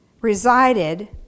resided